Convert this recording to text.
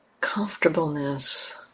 comfortableness